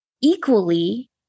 Equally